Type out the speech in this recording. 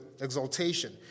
exaltation